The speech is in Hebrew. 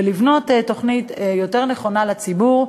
ולבנות תוכנית יותר נכונה לציבור,